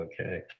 Okay